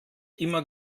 immer